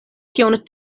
kion